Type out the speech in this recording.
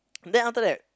then after that